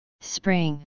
spring